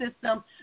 system